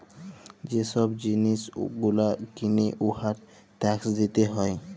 যে ছব জিলিস গুলা কিলে উয়ার ট্যাকস দিতে হ্যয়